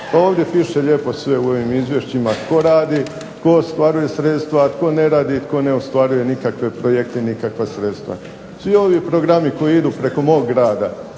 ovdje piše lijepo sve u ovim izvješćima tko radi, tko ostvaruje sredstva, a tko ne radi i tko ne ostvaruje nikakve projekte i nikakva sredstva. Svi ovi programi koji idu preko mog grada